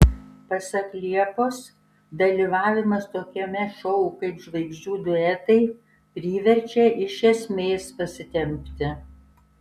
pasak liepos dalyvavimas tokiame šou kaip žvaigždžių duetai priverčia iš esmės pasitempti